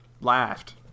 laughed